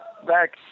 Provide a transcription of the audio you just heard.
back